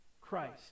Christ